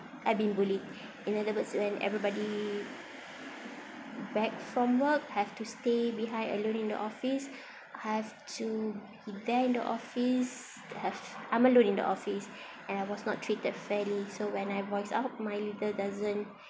I been bullied in other words when everybody back from work have to stay behind alone in the office I have to be there in the office have I'm alone in the office and I was not treated fairly so when I voice out my leader doesn't